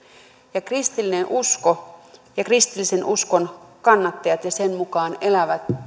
ja kristillinen usko ja kristillisen uskon kannattajat ja sen mukaan elävät